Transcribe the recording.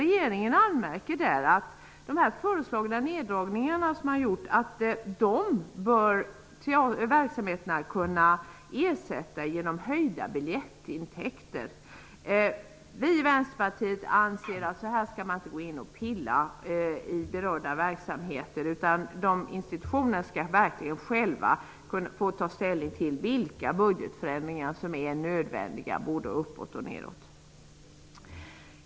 Regeringen anmärker där att de föreslagna neddragningarna bör verksamheterna kunna ersätta genom höjda biljettintäkter. Vi i Vänsterpartiet anser inte att man skall gå in och peta i berörda verksamheter på detta sätt. Institutionerna skall verkligen själva få ta ställning till vilka budgetförändringar som är nödvändiga, både uppåt och nedåt.